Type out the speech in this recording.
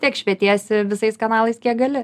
tiek švietiesi visais kanalais kiek gali